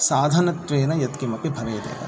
साधनत्वेन यत्किमपि भवेदेव